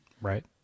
right